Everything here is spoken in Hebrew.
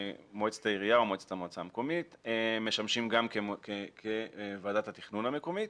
מועצת העיריה או מועצת המועצה המקומית משמשים גם כוועדת התכנון המקומית.